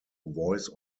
voice